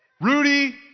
Rudy